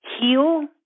Heal